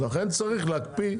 בגלל זה צריך להקפיא.